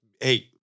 Hey